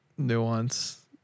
nuance